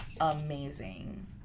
amazing